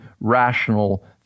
rational